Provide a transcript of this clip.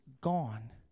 gone